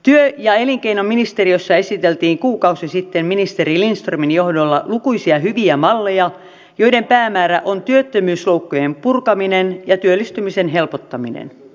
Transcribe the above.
työ ja elinkeinoministeriössä esiteltiin kuukausi sitten ministeri lindströmin johdolla lukuisia hyviä malleja joiden päämäärä on työttömyysloukkujen purkaminen ja työllistymisen helpottaminen